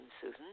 Susan